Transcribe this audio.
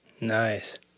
nice